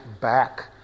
back